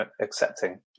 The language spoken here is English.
accepting